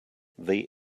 they